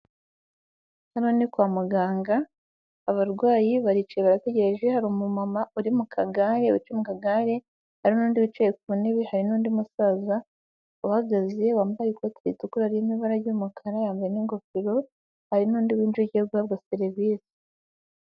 Hano ni kwa muganga abarwayi baricaye barategereje hari umumama uri mu kagare ucungagare hari n'undi wicaye ku ntebe hari n'undi musaza uhagaze wambaye ikoti ritukura haririmo ibara ry'umukara hamwe n'ingofero hari n'undi winjiye ugiye guhabwa serivisi.